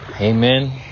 Amen